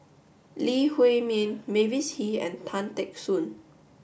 Lee Huei Min Mavis Hee and Tan Teck Soon